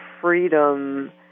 freedom